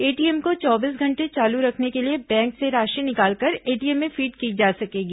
ATM को चौबीस घंटे चालू रखने के लिए बैंक से राशि निकालकर एटीएम में फीड की जा सकेगी